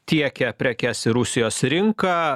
tiekia prekes į rusijos rinką